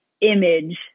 image